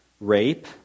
rape